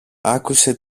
άκουσε